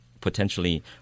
potentially